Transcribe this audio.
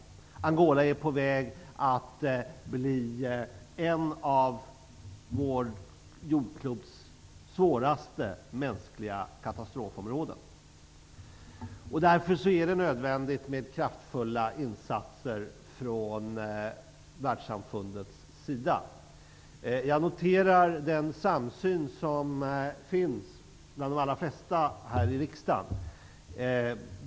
Landet är på väg att bli ett av vårt jordklots svåraste mänskliga katastrofområden. Därför är det nödvändigt med kraftfulla insatser från världssamfundets sida. Jag noterar den samsyn som finns bland de flesta här i riksdagen.